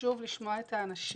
וחשוב לשמוע את אנשים.